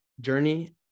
journey